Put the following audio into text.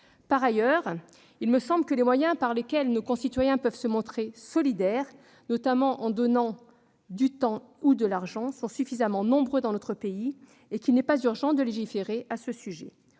Par ailleurs, il me semble que les moyens par lesquels nos concitoyens peuvent se montrer solidaires, notamment en donnant du temps ou de l'argent, sont suffisamment nombreux dans notre pays, et qu'il n'est pas urgent de légiférer à ce sujet.